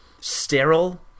sterile